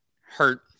hurt